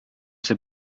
see